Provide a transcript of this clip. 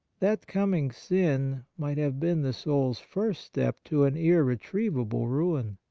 that coming sin might have been the soul's first step to an irretrievable ruin.